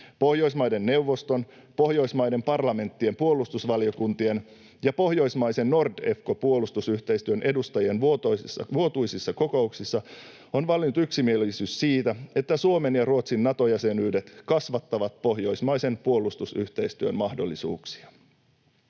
Pohjoismaiden neuvoston, Pohjoismaiden parlamenttien puolustusvaliokuntien ja pohjoismaisen Nordefco-puolustusyhteistyön edustajien vuotuisissa kokouksissa on valinnut yksimielisyys siitä, että Suomen ja Ruotsin Nato-jäsenyydet kasvattavat pohjoismaisen puolustusyhteistyön mahdollisuuksia.